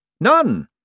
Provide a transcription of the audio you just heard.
None